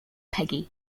peggy